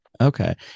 Okay